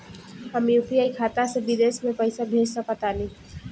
हम यू.पी.आई खाता से विदेश म पइसा भेज सक तानि?